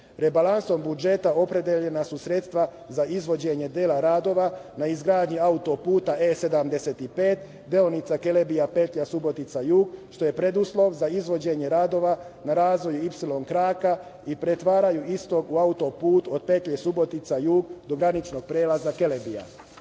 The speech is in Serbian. Rebalansom budžeta opredeljena su sredstva za izvođenje dela radova na izgradnji autoputa E75, deonica Kelebija petlja - Subotica jug, što je preduslov za izvođenje radova na razvoju "Ipsilon kraka" i pretvaranju istog u autoput od petlje Subotica jug do graničnog prelaza Kelebija."Ipsilon